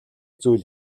зүйл